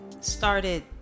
started